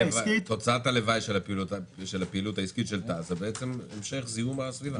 תוצאת הלוואי של הפעילות העסקית של תע"ש היא המשך זיהום הסביבה.